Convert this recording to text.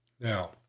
now